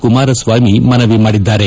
ಕುಮಾರಸ್ತಾಮಿ ಮನವಿ ಮಾಡಿದ್ದಾರೆ